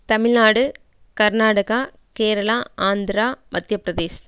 Tamil Nadu Karnataka Kerala Andhra Madhya Pradesh